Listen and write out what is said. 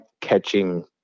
catching